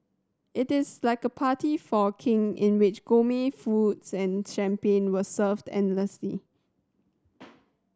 it is like a party for a King in which foods and champagne was served endlessly